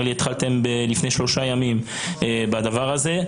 נראה לי שהתחלתם לפני שלושה ימים עם הדבר הזה.